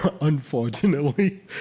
unfortunately